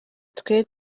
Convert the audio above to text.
twe